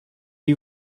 you